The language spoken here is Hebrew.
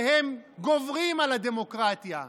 שהם גוברים על הדמוקרטיה,